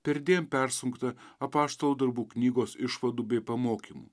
perdėm persunkta apaštalų darbų knygos išvadų bei pamokymų